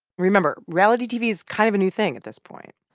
remember, reality tv is kind of a new thing at this point.